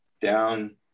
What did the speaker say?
down